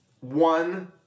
One